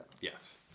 Yes